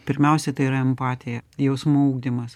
pirmiausia tai yra empatija jausmų ugdymas